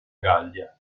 gallia